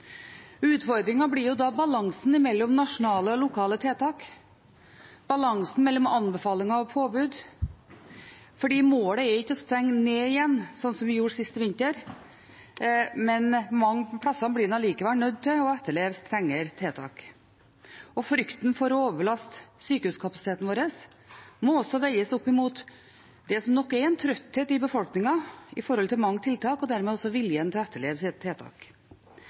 blir da balansen mellom nasjonale og lokale tiltak, balansen mellom anbefalinger og påbud – for målet er ikke å stenge ned igjen, slik vi gjorde sist vinter, men mange plasser blir en allikevel nødt til å etterleve strengere tiltak. Frykten for å overbelaste sykehuskapasiteten vår må også veies opp mot det som nok er en trøtthet i befolkningen over mange tiltak, og dermed også viljen til å etterleve